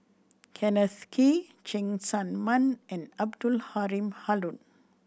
Kenneth Kee Cheng Tsang Man and Abdul Halim Haron